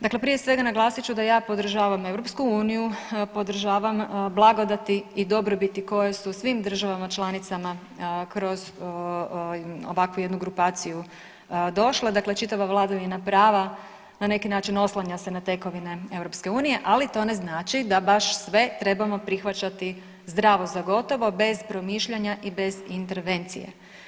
Dakle, prije svega naglasit ću da ja podržavam EU, podržavam blagodati i dobrobiti koje su svim državama članicama kroz ovakvu jednu grupaciju došle, dakle čitava vladavina prava na neki način oslanja se na tekovine EU, ali to ne znači da baš sve trebamo prihvaćati zdravo za gotovo bez promišljanja i bez intervencije.